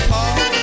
Paul